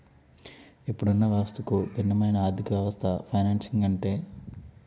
ఇప్పుడున్న వ్యవస్థకు భిన్నమైన ఆర్థికవ్యవస్థే ఫైనాన్సింగ్ అంటే